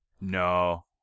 No